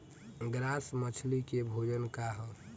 Grass मछली के भोजन का ह?